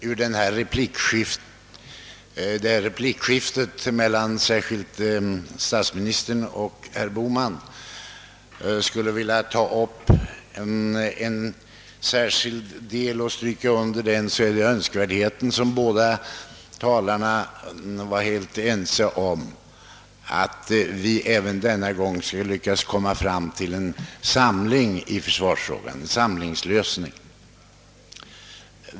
Om man ur detta replikskifte mellan särskilt statsministern och herr Bohman skulle vilja stryka under någon särskild del finner man att båda talarna är helt ense om önskvärdheten av att vi även denna gång skall lyckas komma fram till samling i försvarsfrågan en samlingslösning.